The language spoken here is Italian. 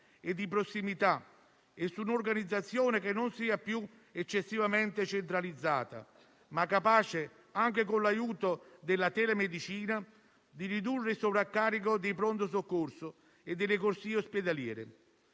e di prossimità e fondata su un'organizzazione che non sia più eccessivamente centralizzata, ma capace, anche con l'aiuto della telemedicina, di ridurre il sovraccarico dei pronto soccorso e delle corsie ospedaliere.